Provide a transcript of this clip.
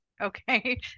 Okay